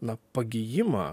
na pagijimą